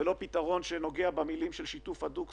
ולא פתרון שנוגע במילים של "שיתוף הדוק",